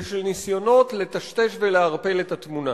ושל ניסיונות לטשטש ולערפל את התמונה.